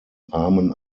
rahmen